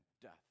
Death